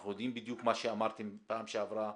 אנחנו יודעים בדיוק מה שאמרתם פעם שעברה,